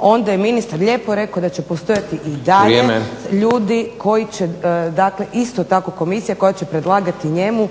onda je ministar lijepo rekao da će postojati i dalje ljudi koji će dakle isto tako komisija koja će predlagati njemu